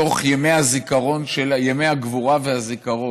בתוך ימי הגבורה והזיכרון,